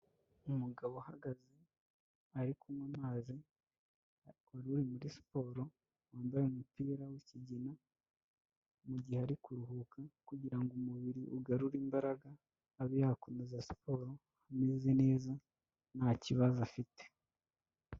Umugabo uhagaze ari kunywa amazi wari uri muri siporo, wambaye umupira w'ikigina mu gihe ari kuruhuka kugira ngo umubiri ugarure imbaraga, abe yakomeza siporo ameze neza nta kibazo afite.